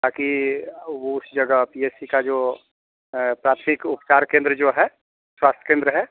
ताकि वो उस जगह पी एस सी का जो प्राथमिक उपचार केंद्र जो है स्वास्थ्य केंद्र है